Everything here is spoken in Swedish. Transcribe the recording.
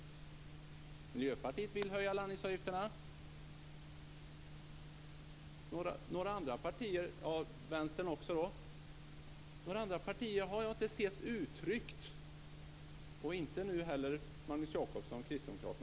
Miljöpartiet vill höja landningsavgifterna och även Vänstern. Några andra partier har, vad jag har sett, inte uttryckt något sådant och inte nu heller